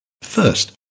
First